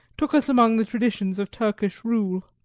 took us among the traditions of turkish rule.